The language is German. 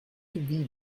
wie